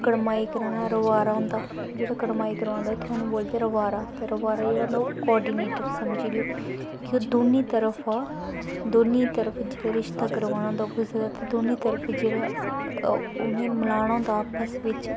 कड़माई कराने आह्ला रवारा होंदा जेह्ड़ा कड़माई करवांदा इत्थै उ'नें बोलदे रवारा ते रवारा जेह्ड़ा होंदा ओह् कोआर्डिनेटर समझी लैओ कि ओह् दोनीं तरफ दोनीं तरफ जिल्लै रिश्ता करवाना होंदा कुसै दा दोनीं तरफ जेह्ड़ा उ'नें गी मलाना होंदा आपस बिच्च